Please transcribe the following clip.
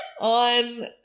on